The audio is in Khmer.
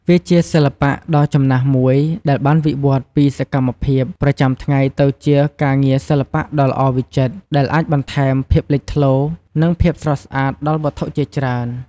វាជាសិល្បៈដ៏ចំណាស់មួយដែលបានវិវត្តន៍ពីសកម្មភាពប្រចាំថ្ងៃទៅជាការងារសិល្បៈដ៏ល្អវិចិត្រ ដែលអាចបន្ថែមភាពលេចធ្លោ និងភាពស្រស់ស្អាត ដល់វត្ថុជាច្រើន។